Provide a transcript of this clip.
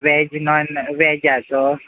veg non वेजाचो